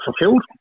fulfilled